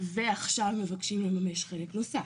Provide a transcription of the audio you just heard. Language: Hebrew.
ועכשיו מבקשים לממש חלק נוסף.